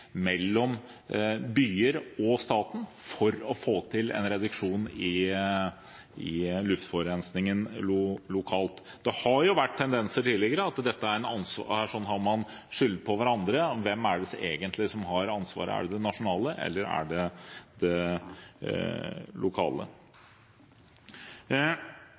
mellom byene og staten for å få til en reduksjon i luftforurensningen lokalt. Det har tidligere vært tendenser til at man har skyldt på hverandre. Hvem er det egentlig som har ansvaret? Er det nasjonalt, eller er det